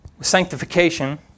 sanctification